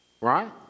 Right